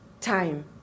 time